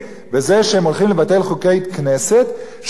בזה שהם הולכים לבטל חוקי כנסת וגורמים